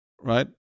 right